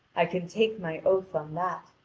i can take my oath on that.